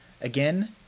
Again